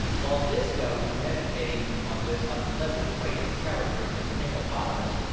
while disco was meditating on this unpleasant trait of character in the hippopotamus,